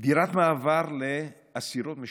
דירת מעבר לאסירות משוחררות,